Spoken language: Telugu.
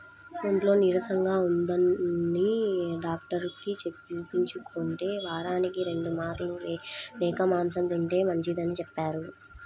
ఒంట్లో నీరసంగా ఉంటందని డాక్టరుకి చూపించుకుంటే, వారానికి రెండు మార్లు మేక మాంసం తింటే మంచిదని చెప్పారు